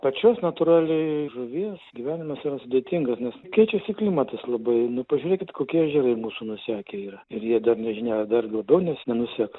pačios natūraliai žuvies gyvenimas yra sudėtingas nes keičiasi klimatas labai nu pažiūrėkit kokie ežerai mūsų nusekę yra ir jie dar nežinia ar dar labiau nes nenusiseks